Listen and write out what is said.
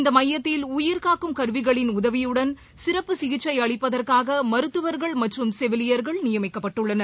இந்த மையத்தில் உயிர்காக்கும் கருவிகளின் உதவியுடன் சிறப்பு சிகிச்சை அளிப்பதற்கான மருத்துவர்கள் மற்றும் செவிலியர்கள் நியமிக்கப்பட்டுள்ளனர்